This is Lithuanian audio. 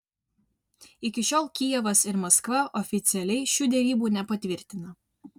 iki šiol kijevas ir maskva oficialiai šių derybų nepatvirtina